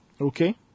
Okay